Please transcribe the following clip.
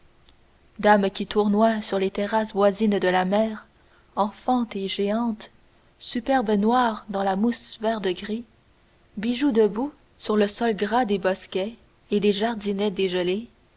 dames qui tournoient sur les terrasses voisines de la mer enfantes et géantes superbes noires dans la mousse vert-de-gris bijoux debout sur le sol gras des bosquets et des jardinets dégelés